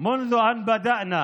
מאז התחלנו